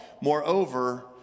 Moreover